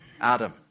Adam